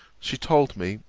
she told me,